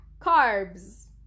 carbs